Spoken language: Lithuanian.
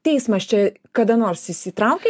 teismas čia kada nors įsitraukia